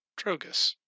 Trogus